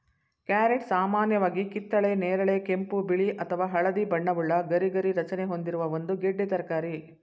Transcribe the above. carrot ಸಾಮಾನ್ಯವಾಗಿ ಕಿತ್ತಳೆ ನೇರಳೆ ಕೆಂಪು ಬಿಳಿ ಅಥವಾ ಹಳದಿ ಬಣ್ಣವುಳ್ಳ ಗರಿಗರಿ ರಚನೆ ಹೊಂದಿರುವ ಒಂದು ಗೆಡ್ಡೆ ತರಕಾರಿ